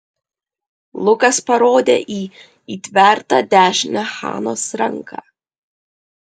lukas parodė į įtvertą dešinę hanos ranką